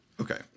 Okay